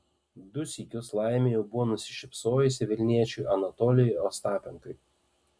du sykius laimė jau buvo nusišypsojusi vilniečiui anatolijui ostapenkai